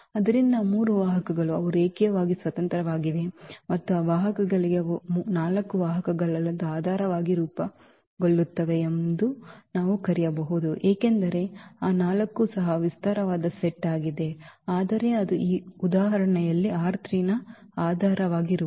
ಆದ್ದರಿಂದ ಆ 3 ವಾಹಕಗಳು ಅವು ರೇಖೀಯವಾಗಿ ಸ್ವತಂತ್ರವಾಗಿವೆ ಮತ್ತು ಆ ವಾಹಕಗಳಿಗೆ ಅವು 4 ವಾಹಕಗಳಲ್ಲದ ಆಧಾರವಾಗಿ ರೂಪುಗೊಳ್ಳುತ್ತವೆ ಎಂದು ನಾವು ಕರೆಯಬಹುದು ಏಕೆಂದರೆ 4 ಸಹ ವಿಸ್ತಾರವಾದ ಸೆಟ್ ಆಗಿದೆ ಆದರೆ ಅದು ಆ ಉದಾಹರಣೆಯಲ್ಲಿ ನ ಆಧಾರವಾಗಿರುವುದಿಲ್ಲ